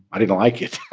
i didn't like it,